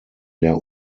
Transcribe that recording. der